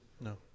No